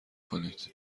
کنید